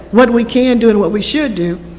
what we can do, and what we should do,